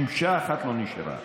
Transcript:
שמשה אחת לא נשארה.